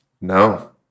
no